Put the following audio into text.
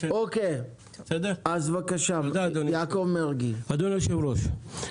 אדוני היושב-ראש,